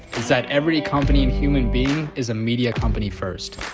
is that every company and human being, is a media company first.